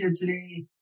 today